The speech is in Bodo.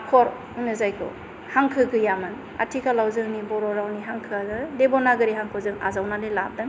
आखर होनो जायखौ हांखो गैयामोन आथिखालाव जोंनि बर' रावनि हांखोआनो देब'नागिरि हांखोजों आजावनानै लादों